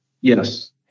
Yes